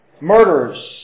murders